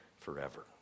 forever